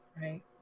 right